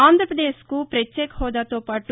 ఆంధ్రప్రదేశ్కు పత్యేక హోదాతో పాటు